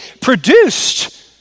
produced